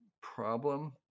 problem